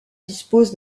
dispose